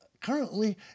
Currently